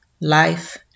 life